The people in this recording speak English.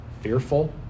fearful